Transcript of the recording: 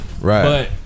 Right